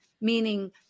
meaning